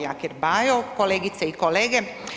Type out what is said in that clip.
Jakir Bajo, kolegice i kolege.